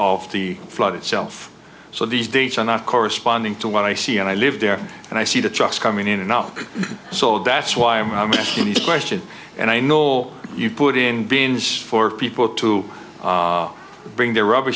of the flood itself so these dates are not corresponding to what i see and i live there and i see the trucks coming in and off so that's why i'm asking the question and i know you put in bins for people to bring their rubb